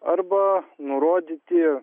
arba nurodyti